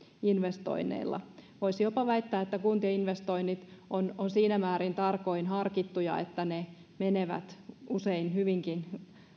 investoinneilla voisi jopa väittää että kuntien investoinnit ovat siinä määrin tarkoin harkittuja että ne menevät usein hyvinkin